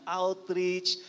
outreach